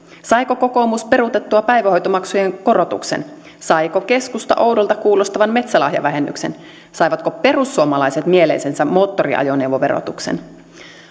saiko kokoomus peruutettua päivähoitomaksujen korotuksen saiko keskusta oudolta kuulostavan metsälahjavähennyksen saivatko perussuomalaiset mieleisensä moottoriajoneuvoverotuksen